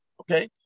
okay